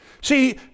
See